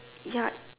ya